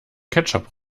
ketchup